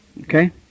Okay